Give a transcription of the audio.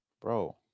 bro